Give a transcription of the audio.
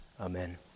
amen